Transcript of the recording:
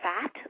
fat